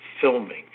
filming